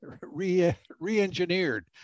re-engineered